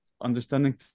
understanding